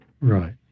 Right